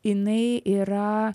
jinai yra